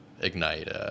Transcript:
ignite